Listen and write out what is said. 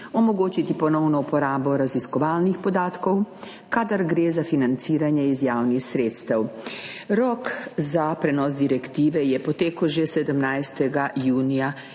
omogočiti ponovno uporabo raziskovalnih podatkov, kadar gre za financiranje iz javnih sredstev. Rok za prenos direktive je potekel že 17. julija